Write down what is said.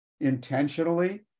intentionally